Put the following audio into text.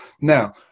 Now